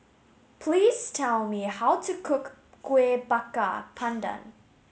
please tell me how to cook Kueh Bakar Pandan